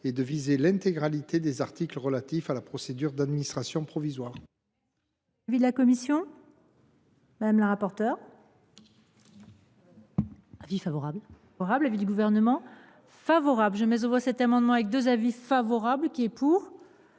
et de viser l’intégralité des articles relatifs à la procédure d’administration provisoire.